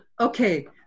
Okay